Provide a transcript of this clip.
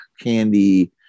candy